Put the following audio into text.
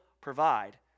provide